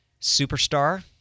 superstar